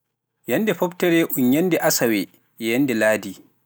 Yannde foftere ɗum nyannde Asawe, yannde Laadi.